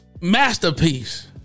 masterpiece